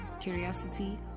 curiosity